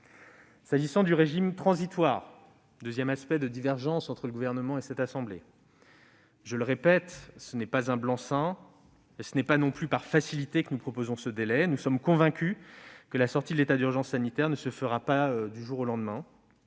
S'agissant du régime transitoire, qui fait l'objet d'une autre divergence entre le Gouvernement et la Haute Assemblée, je le répète : nous ne demandons pas un blanc-seing. Ce n'est pas non plus par facilité que nous proposons ce délai. Nous sommes convaincus que la sortie de l'état d'urgence sanitaire ne se fera pas du jour au lendemain.